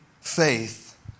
faith